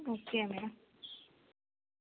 okay ma'am